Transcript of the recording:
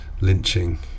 lynching